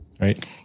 right